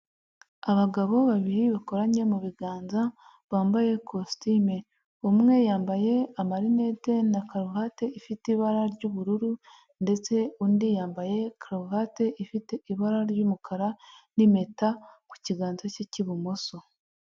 Abagabo babiri bakoranye mu biganza bambaye ikositimu, umwe yambaye amarinede na karuvati ifite ibara ry'ubururu ndetse undi yambaye karuvati ifite ibara ry'umukara n'impeta ku kiganza cye cy'ibumoso.